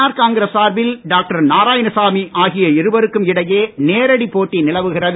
R Congress சார்பில் doctor Narayanasamy ஆகிய இருவருக்கும் இடையே நேரடி போட்டி நிலவுகிறது